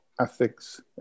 ethics